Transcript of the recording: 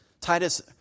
Titus